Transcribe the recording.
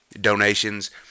donations